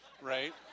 right